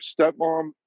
stepmom